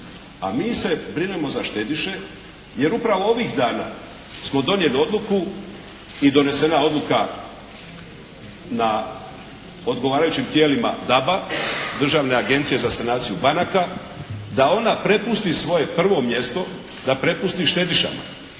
A mi se brinemo za štediše jer upravo ovih dana smo donijeli odluku i donesena odluka na odgovarajućim tijelima DABA, Državne agencije za sanaciju banaka, da ona prepusti svoje prvo mjesto, da prepusti štedišama.